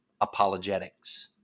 apologetics